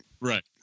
Right